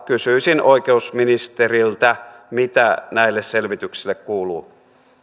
kysyisin oikeusministeriltä mitä näille selvityksille kuuluu